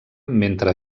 mentre